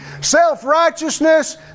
self-righteousness